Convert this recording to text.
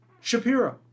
Shapiro